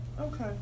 okay